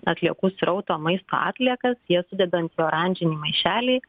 atliekų srauto maisto atliekas jas sudedant į oranžinį maišelį